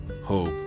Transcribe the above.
Hope